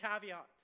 caveat